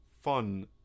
fun